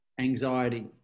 anxiety